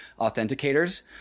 authenticators